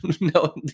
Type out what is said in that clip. no